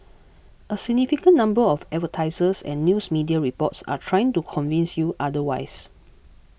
a significant number of advertisers and news media reports are trying to convince you otherwise